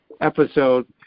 episode